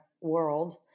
world